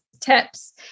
tips